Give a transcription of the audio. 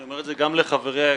אני אומר את זה גם לחברי היקר,